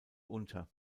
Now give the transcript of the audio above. unter